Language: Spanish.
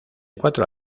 cuatro